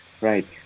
Right